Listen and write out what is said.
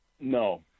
No